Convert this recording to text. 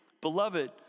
Beloved